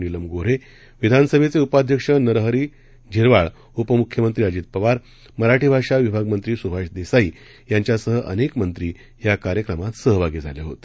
नीलम गोन्हे विधानसभेचे उपाध्यक्ष नरहरी झिरवाळ उपमुख्यमंत्री अजित पवार मराठी भाषा विभाग मंत्री सुभाष देसाई यांच्यासह अनेक मंत्री या कार्यक्रमात सहभागी झाले होते